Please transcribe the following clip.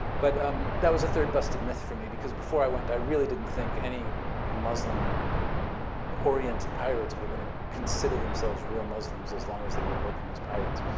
but um that was the third busted myth for me because before i went, i really didn't think any muslim-oriented pirates were going to consider themselves real muslims as long as they were working as pirates.